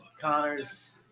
Connor's